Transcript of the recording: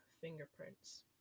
fingerprints